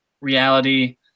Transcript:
reality